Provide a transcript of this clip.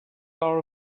are